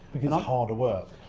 harder work.